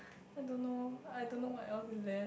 I don't know I don't know what else is there